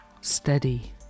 steady